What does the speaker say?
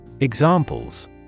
Examples